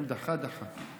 אם דחה, דחה.